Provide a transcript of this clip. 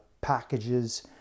packages